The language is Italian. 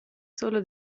solo